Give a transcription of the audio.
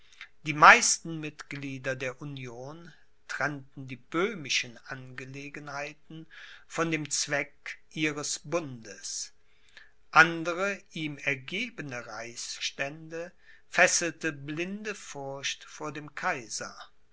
die meisten mitglieder der union trennten die böhmischen angelegenheiten von dem zweck ihres bundes andere ihm ergebene reichsstände fesselte blinde furcht vor dem kaiser